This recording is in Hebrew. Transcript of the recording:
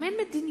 גם אין מדיניות.